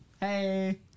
Hey